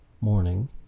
morning